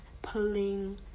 Pulling